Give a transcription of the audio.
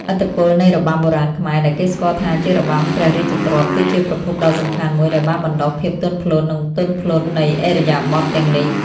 ឥទ្ធិពលនៃរបាំបុរាណខ្មែរ ដែលគេស្គាល់ថាជារបាំព្រះរាជទ្រព្យ គឺជាប្រភពដ៏សំខាន់មួយដែលបានបណ្ដុះភាពទន់ភ្លន់ និងទន់ភ្លន់នៃឥរិយាបថទាំងនេះ។